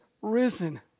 risen